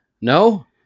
No